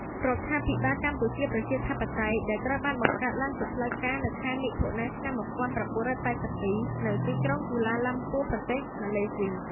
រដ្ឋាភិបាលកម្ពុជាប្រជាធិបតេយ្យ ដែលត្រូវបានបង្កើតឡើងជាផ្លូវការនៅខែមិថុនា ឆ្នាំ១៩៨២ នៅទីក្រុងកូឡាឡាំពួរ ប្រទេសម៉ាឡេស៊ី។